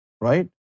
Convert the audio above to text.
Right